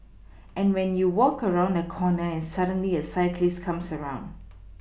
and when you walk around a corner and suddenly a cyclist comes around